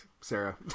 Sarah